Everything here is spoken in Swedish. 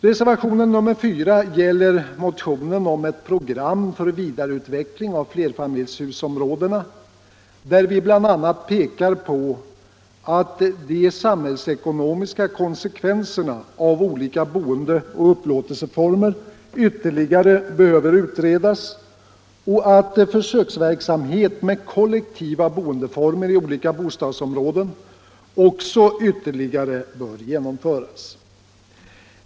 Reservationen 4 gäller motionen om ett program för vidareutveckling av flerfamiljshusområdena, där vi bl.a. pekar på att de samhällsekonomiska konsekvenserna av olika boendeoch upplåtelseformer ytterligare behöver utredas och att också en ytterligare försöksverksamhet med kollektiva boendeformer i olika bostadsområden bör genomföras.